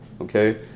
okay